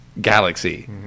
Galaxy